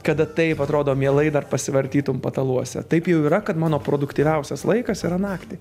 kada taip atrodo mielai dar pasivartytum pataluose taip jau yra kad mano produktyviausias laikas yra naktį